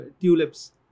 tulips